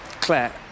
Claire